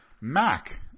Mac